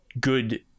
good